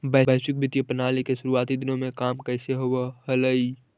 वैश्विक वित्तीय प्रणाली के शुरुआती दिनों में काम कैसे होवअ हलइ